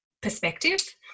perspective